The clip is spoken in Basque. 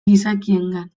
gizakiengan